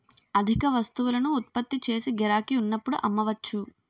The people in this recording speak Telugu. అధిక వస్తువులను ఉత్పత్తి చేసి గిరాకీ ఉన్నప్పుడు అమ్మవచ్చు